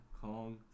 Kong